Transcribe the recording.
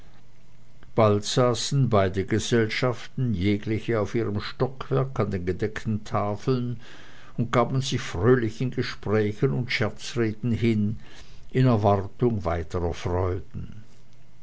bald saßen beide gesellschaften jegliche auf ihrem stockwerke an den gedeckten tafeln und gaben sich fröhlichen gesprächen und scherzreden hin in erwartung weiterer freuden